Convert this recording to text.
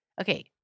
Okay